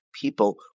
people